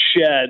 shed